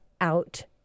out